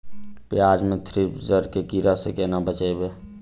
प्याज मे थ्रिप्स जड़ केँ कीड़ा सँ केना बचेबै?